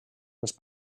els